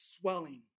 swelling